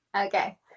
okay